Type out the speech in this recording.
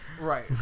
Right